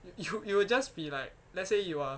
you you you will just be like let's say you are